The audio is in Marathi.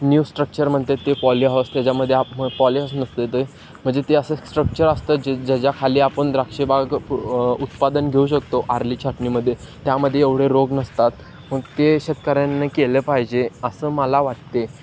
न्यू स्ट्रक्चर म्हणतात ते पॉलिहॉउस त्याच्यामध्ये आप पॉलिहॉउस नसते ते म्हणजे ते असं स्ट्रक्चर असतं जे ज्याच्याखाली आपण द्राक्षे बाग उत्पादन घेऊ शकतो आरली छाटणीमध्ये त्यामध्ये एवढे रोग नसतात पण ते शेतकऱ्यांनी केलं पाहिजे असं मला वाटते